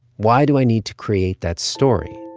why do i need to create that story?